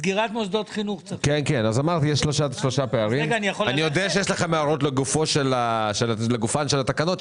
אני יודע שיש לכם הערות לגופן של התקנות,